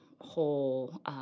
whole